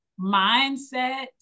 mindset